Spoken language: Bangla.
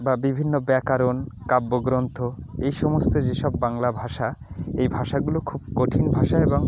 বা বিভিন্ন ব্যাকরণ কাব্যগ্রন্থ এই সমস্ত যেসব বাংলা ভাষা এই ভাষাগুলো খুব কঠিন ভাষা এবং